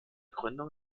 gründung